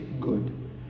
good